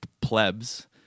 plebs